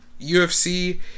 UFC